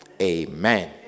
Amen